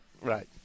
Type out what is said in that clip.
right